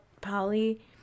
Polly